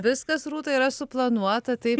viskas rūta yra suplanuota taip